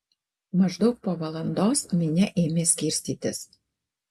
maždaug po valandos minia ėmė skirstytis